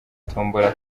tombola